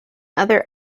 other